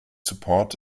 support